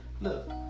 Look